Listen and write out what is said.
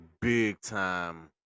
big-time